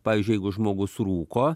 pavyzdžiui jeigu žmogus rūko